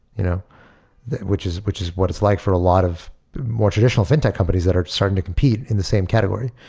you know which is which is what it's like for a lot of more traditional fintech companies that are certain to compete in the same category.